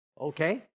okay